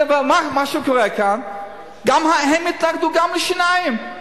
מה שקורה כאן, הם התנגדו גם לשיניים.